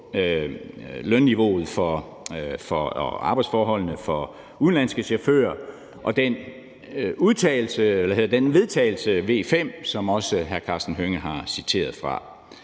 lønniveauet og arbejdsforholdene for udenlandske chauffører, og der er også forslag til vedtagelse nr. V 5, som også hr. Karsten Hønge har citeret fra.